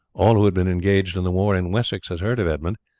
all who had been engaged in the war in wessex had heard of edmund,